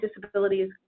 disabilities